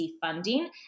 funding